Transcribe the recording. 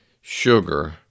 sugar